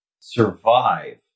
survive